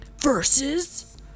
Versus